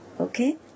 Okay